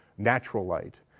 natural light.